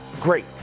great